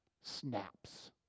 snaps